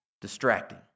distracting